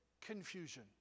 confusion